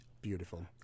beautiful